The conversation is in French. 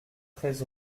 treize